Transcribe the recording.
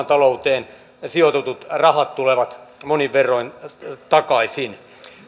talouteen sijoitetut rahat tulevat monin verroin takaisin